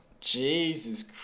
Jesus